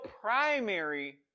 primary